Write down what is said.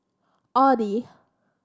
audi